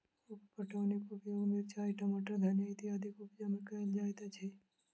उप पटौनीक उपयोग मिरचाइ, टमाटर, धनिया इत्यादिक उपजा मे कयल जाइत अछि